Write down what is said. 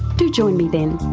do join me then